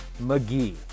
McGee